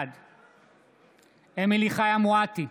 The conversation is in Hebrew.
בעד אמילי חיה מואטי,